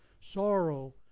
Sorrow